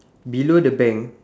below the bank